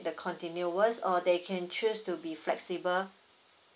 the continuous or they can choose to be flexible